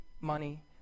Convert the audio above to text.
money